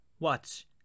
watch